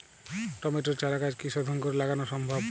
টমেটোর চারাগাছ কি শোধন করে লাগানো সম্ভব?